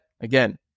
again